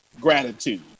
gratitude